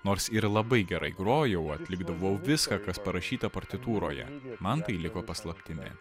nors ir labai gerai grojau atlikdavau viską kas parašyta partitūroje man tai liko paslaptimi